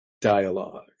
dialogue